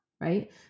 right